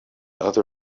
other